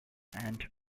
and